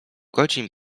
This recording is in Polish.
godzin